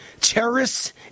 terrorists